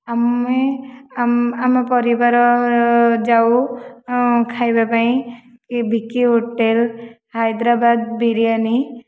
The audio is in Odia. ଆମେ ଆମ ପରିବାର ଯାଉ ଖାଇବାପାଇଁ ବିକି ହୋଟେଲ୍ ହାଇଦ୍ରାବାଦ ବିରିୟାନି